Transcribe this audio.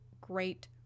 great